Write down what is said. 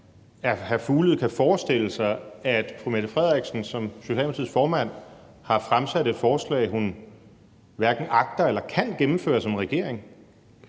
at hr. Fuglede kan forestille sig, at fru Mette Frederiksen som Socialdemokratiets formand har fremsat et forslag, som hun hverken agter eller kan gennemføre som regering?